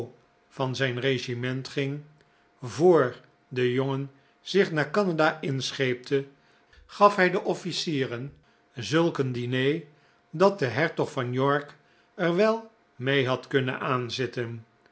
van zijn regiment ging voor de jongen zich naar canada inscheepte gaf hij de officieren zulk een diner dat de hertog van york er wel mee had kunnen aanzitten